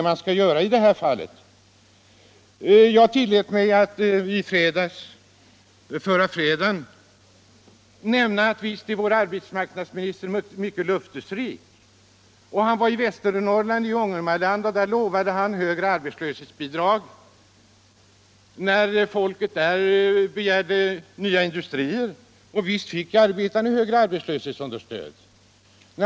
Jag tillät mig att i förra fredagens debatt säga, att vi uppfattade vår arbetsmarknadsminister som mycket löftesrik. Då han var i Västernorrland, i Ångermanland, lovade han högre arbetslöshetsbidrag, när folket där begärde nya industrier — och visst fick arbetarna högre arbetslöshetsunderstöd.